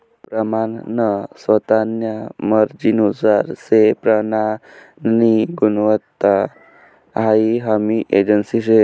प्रमानन स्वतान्या मर्जीनुसार से प्रमाननी गुणवत्ता हाई हमी एजन्सी शे